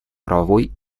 правовой